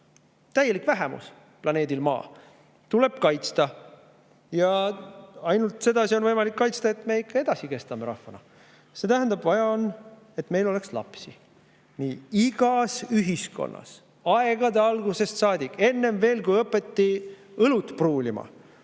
Täielik vähemus planeedil Maa. Tuleb kaitsta! Ja ainult sedasi on võimalik kaitsta, et me ikka kestame rahvana edasi. See tähendab, on vaja, et meil oleks lapsi. Igas ühiskonnas aegade algusest saadik, enne veel, kui õpiti õlut pruulima,